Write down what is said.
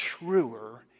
truer